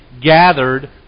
gathered